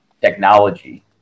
Technology